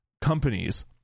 companies